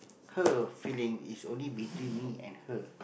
her feeling is only between me and her